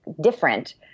different